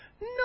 No